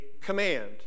command